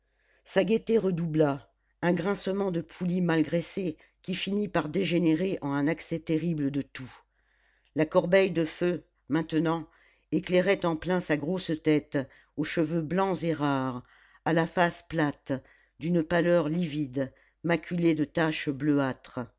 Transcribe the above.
sa gaieté redoubla un grincement de poulie mal graissée qui finit par dégénérer en un accès terrible de toux la corbeille de feu maintenant éclairait en plein sa grosse tête aux cheveux blancs et rares à la face plate d'une pâleur livide maculée de taches bleuâtres